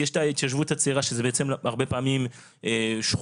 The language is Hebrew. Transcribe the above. כי יש את ההתיישבות הצעירה שהרבה פעמים שכונה